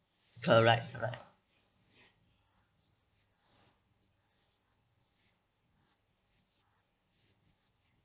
correct correct